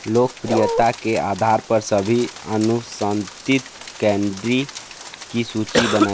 लोकप्रियता के आधार पर सभी अनुशासित केंद्रों की सूचि बनाएँ